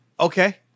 okay